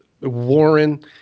Warren